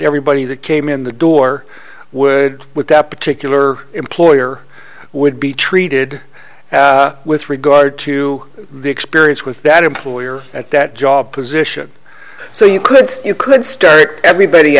everybody that came in the door would with that particular employer would be treated with regard to the experience with that employer at that job position so you could you could start everybody